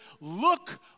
look